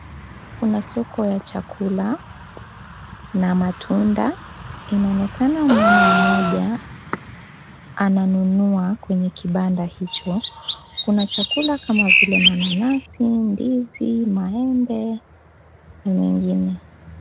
Kuna soko ya chakula na matunda inaonekana mama mmoja ananunua kwenye kibanda hicho , kuna chakula kama vile mananasi, ndizi, maembe na mengine.